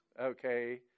Okay